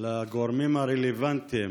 לגורמים הרלוונטיים